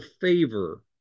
favor